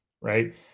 right